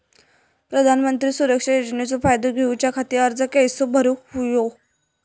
प्रधानमंत्री सुरक्षा योजनेचो फायदो घेऊच्या खाती अर्ज कसो भरुक होयो?